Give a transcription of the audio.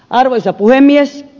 arvoisa puhemies